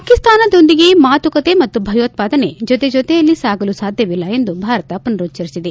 ಪಾಕಿಸ್ತಾನದೊಂದಿಗೆ ಮಾತುಕತೆ ಮತ್ತು ಭಯೋತ್ವಾದನೆ ಜೊತೆ ಜೊತೆಯಲ್ಲಿ ಸಾಗಲು ಸಾಧ್ಯವಿಲ್ಲ ಎಂದು ಭಾರತ ಪುನರುಚ್ಲರಿಸಿದೆ